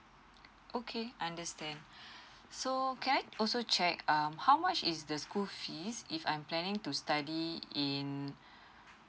okay I understand so can I also check um how much is the school fees if I'm planning to study in